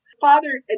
father